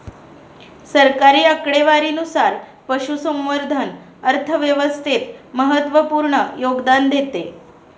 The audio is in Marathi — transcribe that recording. सरकारी आकडेवारीनुसार, पशुसंवर्धन अर्थव्यवस्थेत महत्त्वपूर्ण योगदान देते